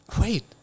Wait